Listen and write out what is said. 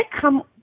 come